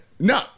No